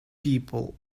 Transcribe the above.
people